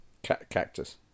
Cactus